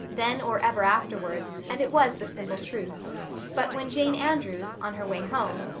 then or ever afterwards, and it was the simple truth but when jane andrews, on her way home,